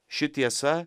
ši tiesa